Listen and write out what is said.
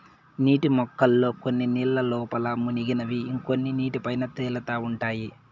నీటి మొక్కల్లో కొన్ని నీళ్ళ లోపల మునిగినవి ఇంకొన్ని నీటి పైన తేలుతా ఉంటాయి